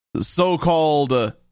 so-called